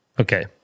Okay